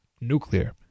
nuclear